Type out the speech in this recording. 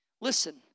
Listen